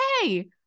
hey